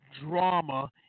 drama